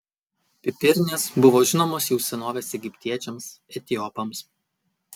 pipirnės buvo žinomos jau senovės egiptiečiams etiopams